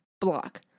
block